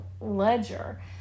ledger